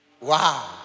Wow